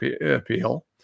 appeal